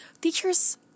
teachers